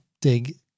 dig